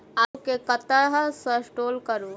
आलु केँ कतह स्टोर करू?